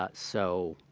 ah so,